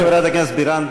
תודה, חברת הכנסת בירן.